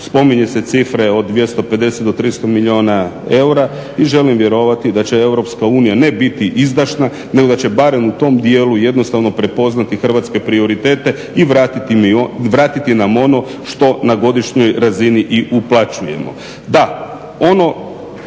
Spominju se cifre od 250-300 milijuna eura i želim vjerovati da će EU ne biti izdašna nego da će barem u tom dijelu jednostavno prepoznati hrvatske prioritete i vratiti nam ono što na godišnjoj razini i uplaćujemo.